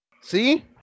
See